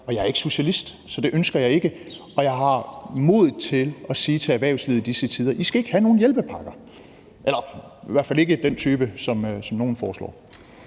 Og jeg er ikke socialist, så det ønsker jeg ikke, og jeg har modet til at sige til erhvervslivet i disse tider, at de ikke skal have nogen hjælpepakker, eller i hvert fald ikke af den type, som nogle foreslår.